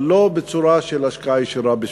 אבל לא בצורה של השקעה ישירה בשווקים.